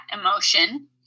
emotion